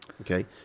okay